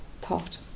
thought